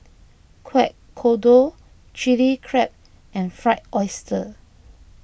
Kueh Kodok Chili Crab and Fried Oyster